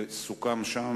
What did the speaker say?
וסוכמו שם